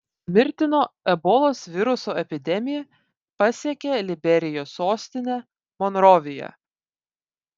mirtino ebolos viruso epidemija pasiekė liberijos sostinę monroviją